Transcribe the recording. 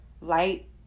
light